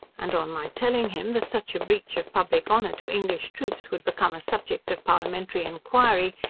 and on my telling him, that such a breach of public honour to english troops would become a subject of parliamentary enquiry,